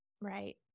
Right